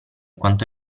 quanto